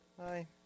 Hi